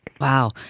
Wow